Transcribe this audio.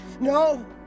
No